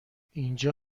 اینجا